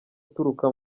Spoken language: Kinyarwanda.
uturuka